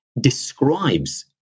describes